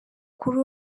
kuri